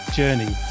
journey